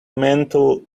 mantel